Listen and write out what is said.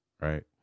right